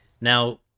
Now